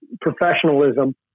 professionalism